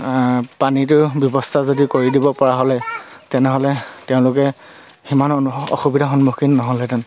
পানীটোৰ ব্যৱস্থা যদি কৰি দিব পৰা হ'লে তেনেহ'লে তেওঁলোকে সিমান অনু অসুবিধাৰ সন্মুখীন নহ'লহেঁতেন